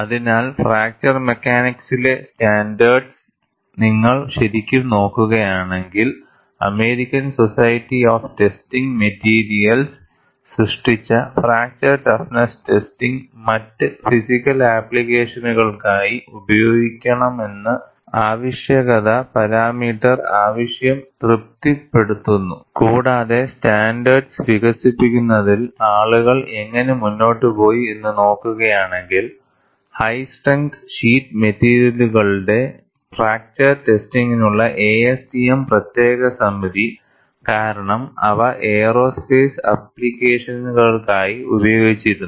അതിനാൽ ഫ്രാക്ചർ മെക്കാനിക്സിലെ സ്റ്റാൻഡേർഡ്സ് നിങ്ങൾ ശരിക്കും നോക്കുകയാണെങ്കിൽ American society of testing materials സൃഷ്ടിച്ച ഫ്രാക്ചർ ടഫ്നെസ് ടെസ്റ്റിംഗ് മറ്റ് ഫിസിക്കൽ ആപ്ലിക്കേഷനുകൾക്കായി ഉപയോഗിക്കണമെന്ന ആവശ്യകത പാരാമീറ്റർ ആവശ്യം തൃപ്തിപ്പെടുത്തുന്നു കൂടാതെ സ്റ്റാൻഡേർഡ്സ് വികസിപ്പിക്കുന്നതിൽ ആളുകൾ എങ്ങനെ മുന്നോട്ടുപോയി എന്ന് നോക്കുകയാണെങ്കിൽ ഹൈ സ്ട്രെങ്ത് ഷീറ്റ് മെറ്റീരിയലുകളുടെ ഫ്രാക്ചർ ടെസ്റ്റിംഗിനുള്ള ASTM പ്രത്യേക സമിതി കാരണം അവ എയ്റോസ്പെയ്സ് ആപ്ലിക്കേഷനുകൾക്കായി ഉപയോഗിച്ചിരുന്നു